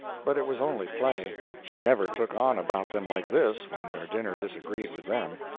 but it was only play she never took on about them like this when their dinner disagreed with them.